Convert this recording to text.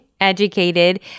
Educated